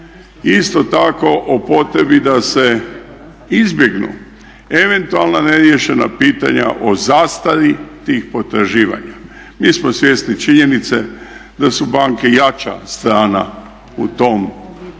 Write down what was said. isto tako o potrebi da se izbjegnu eventualna neriješena pitanja o zastari tih potraživanja. Mi smo svjesni činjenice da su banke jača strana u tom konfliktu